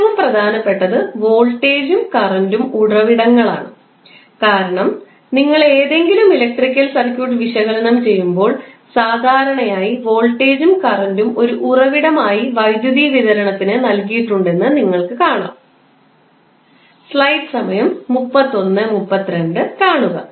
ഏറ്റവും പ്രധാനപ്പെട്ടത് വോൾട്ടേജും കറണ്ടും ഉറവിടങ്ങൾ ആണ് കാരണം നിങ്ങൾ ഏതെങ്കിലും ഇലക്ട്രിക്കൽ സർക്യൂട്ട് വിശകലനം ചെയ്യുമ്പോൾ സാധാരണയായി വോൾട്ടേജും കറണ്ടും ഒരു ഉറവിടമായി വൈദ്യുതി വിതരണത്തിന് നൽകിയിട്ടുണ്ടെന്ന് നിങ്ങൾക്ക് കാണാം